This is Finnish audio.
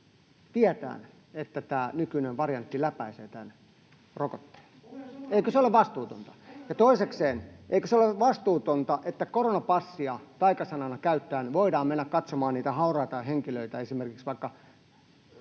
tietäen, että tämä nykyinen variantti läpäisee tämän rokotteen. Eikö se ole vastuutonta? [Aki Lindén: Olen samaa mieltä!] Ja toisekseen, eikö se ole vastuutonta, että koronapassia taikasanana käyttäen voidaan mennä katsomaan niitä hauraita henkilöitä esimerkiksi vaikka